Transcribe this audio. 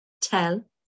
tell